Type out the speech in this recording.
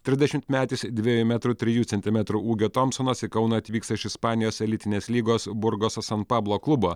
tridešimtmetis dviejų metrų trijų centimetrų ūgio tompsonas į kauną atvyksta iš ispanijos elitinės lygos burgoso san pablo klubo